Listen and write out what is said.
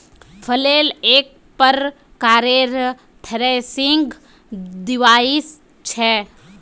flail एक प्रकारेर threshing device छ